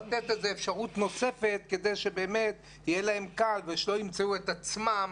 לתת איזו אפשרות נוספת כדי שבאמת יהיה להם קל ושלא ימצאו את עצמם